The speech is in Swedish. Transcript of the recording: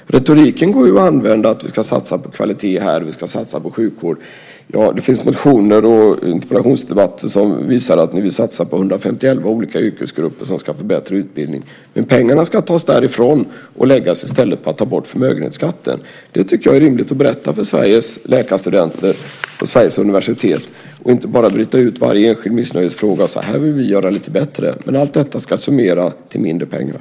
Retoriken går ju att använda här och säga att vi ska satsa på kvalitet här och sjukvård där. Det finns motioner och interpellationsdebatter som visar att ni vill satsa på hundrafemtioelva olika yrkesgrupper som ska få bättre utbildning, men pengarna ska tas därifrån och i stället läggas på att ta bort förmögenhetsskatten. Det tycker jag är rimligt att berätta för Sveriges läkarstudenter och Sveriges universitet och inte bara bryta ut varje enskild missnöjesfråga och säga: Här vill vi göra det lite bättre! Allt detta ska summera till mindre pengar.